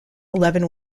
eleven